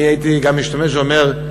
ואני הייתי גם משתמש ואומר,